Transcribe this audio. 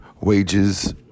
wages